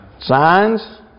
signs